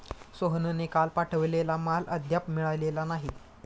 सोहनने काल पाठवलेला माल अद्याप मिळालेला नाही